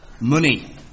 Money